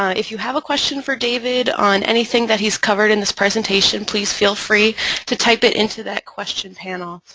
if you have a question for david on anything that he's covered in this presentation, please feel free to type it into that question panel.